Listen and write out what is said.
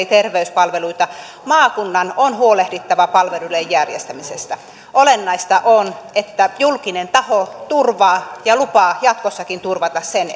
ja terveyspalveluita maakunnan on huolehdittava palveluiden järjestämisestä olennaista on että julkinen taho turvaa ja lupaa jatkossakin turvata sen